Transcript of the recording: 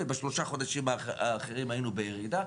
ובשלושת החודשים האחרים היינו בירידה.